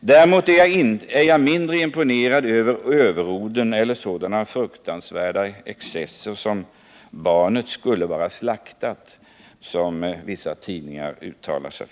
Däremot är jag mindre imponerad av överorden eller sådana fruktansvärda excesser som att barnet skulle vara slaktat, som vissa tidningar uttalar sig.